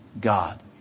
God